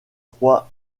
trois